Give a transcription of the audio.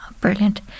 Brilliant